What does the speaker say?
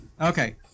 Okay